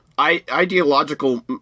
ideological